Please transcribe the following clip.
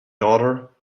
daughter